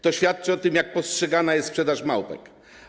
To świadczy o tym, jak postrzegana jest sprzedaż małpek.